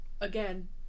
again